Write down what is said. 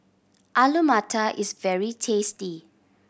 Alu Matar is very tasty